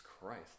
Christ